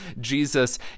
Jesus